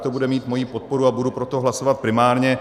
To bude mít moji podporu a budu pro to hlasovat primárně.